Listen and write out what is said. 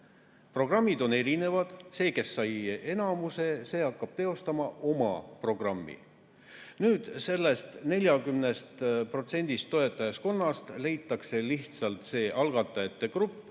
Programmid on erinevad. See, kes sai enamuse, hakkab teostama oma programmi. Sellest 40%‑lisest toetajaskonnast leitakse lihtsalt algatajate grupp,